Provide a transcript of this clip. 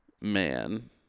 Man